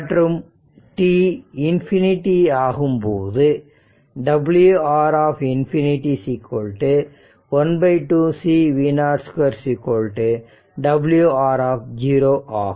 மற்றும் t ∞ ஆகும்போது w R∞ ½ C v0 2 w R ஆகும்